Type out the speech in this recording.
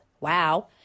Wow